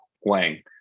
wang